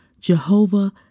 Jehovah